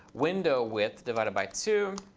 window width divided by two,